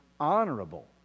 honorable